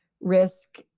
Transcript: risk